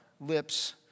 lips